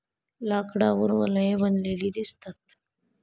लाकडावर वलये बनलेली दिसतात